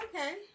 Okay